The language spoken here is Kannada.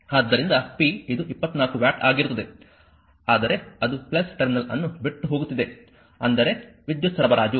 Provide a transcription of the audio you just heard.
ಆದ್ದರಿಂದ p ಇದು 24 ವ್ಯಾಟ್ ಆಗಿರುತ್ತದೆ ಆದರೆ ಅದು ಟರ್ಮಿನಲ್ ಅನ್ನು ಬಿಟ್ಟು ಹೋಗುತ್ತಿದೆ ಅಂದರೆ ವಿದ್ಯುತ್ ಸರಬರಾಜು